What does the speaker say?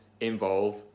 involve